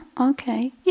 okay